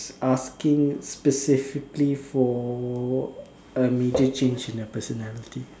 asking specifically for a major change in their personality